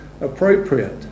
appropriate